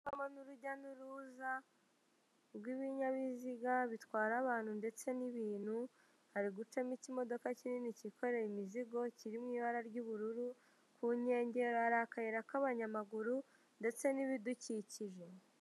Harimo n'urujya n'uruza rw'ibinyabiziga bitwara abantu ndetse n'ibintu, hari gucamo ikimodoka kinini kikoreye imizigo kiri mu ibara ry'ubururu ku nkengero hari akayira k'abanyamaguru ndetse n'ibidukikije.